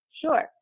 Sure